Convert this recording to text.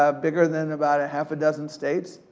ah bigger than about a half a dozen states.